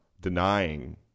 denying